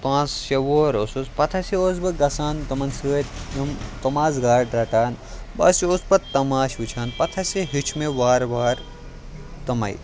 پانٛژھ شےٚ وُہُر اوسُس پَتہٕ ہاسے اوسُس بہٕ گژھان تِمَن سۭتۍ یِم تِم آسہٕ گاڈٕ رَٹان بہٕ ہاسے اوس پَتہٕ تَماشہٕ وٕچھان پَتہٕ ہاسے ہیٚچھ مےٚ وارٕ وارٕ تِمَے